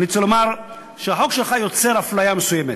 אני רוצה לומר שהחוק שלך יוצר הפליה מסוימת.